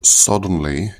suddenly